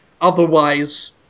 Otherwise